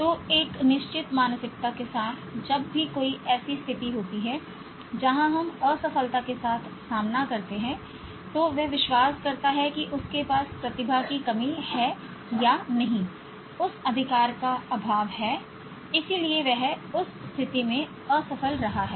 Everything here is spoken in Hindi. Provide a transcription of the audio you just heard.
तो एक निश्चित मानसिकता के साथ जब भी कोई ऐसी स्थिति होती है जहां वह असफलता के साथ सामना करता है तो विश्वास करता है कि उसके पास प्रतिभा की कमी है या नहीं उस अधिकार का अभाव है इसीलिए वह उस स्थिति में असफल रहा है